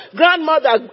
grandmother